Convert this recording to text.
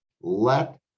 let